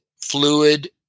fluid